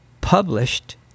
published